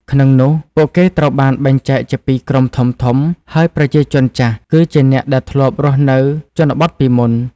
ក្នុងនោះ ពួកគេត្រូវបានបែងចែកជាពីរក្រុមធំៗ ហើយ ប្រជាជនចាស់ គឺជាអ្នកដែលធ្លាប់រស់នៅជនបទពីមុន។